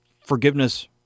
forgiveness